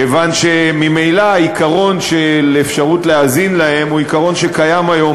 כיוון שממילא העיקרון של אפשרות להאזין להם הוא עיקרון שקיים היום